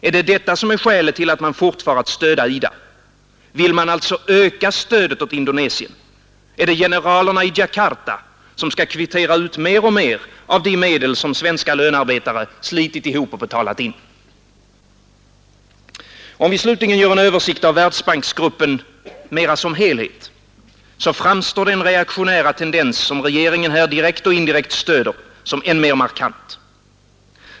Är det detta som är skälet till att man fortfar att stöda IDA? Vill man alltså öka stödet åt Indonesien? Är det generalerna i Djakarta som skall kvittera ut mer och mer av de medel som svenska lönarbetare slitit ihop och betalat in? Om vi slutligen gör en översikt av Världsbanksgruppen mera som helhet, framstår den reaktionära tendens som regeringen här direkt och indirekt stöder som än mer markant.